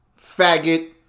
faggot